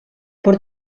però